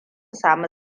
sami